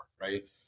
right